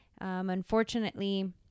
unfortunately